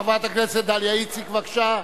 חברת הכנסת דליה איציק, בבקשה.